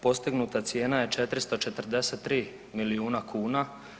Postignuta cijena je 443 milijuna kuna.